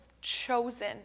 chosen